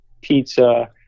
pizza